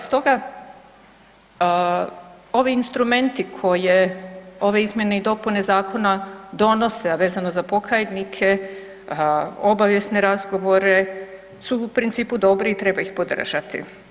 Stoga ovi instrumenti koje ove izmjene i dopune zakona donose, a vezano za pokajnike, obavijesne razgovore, su u principu dobri i treba ih podržati.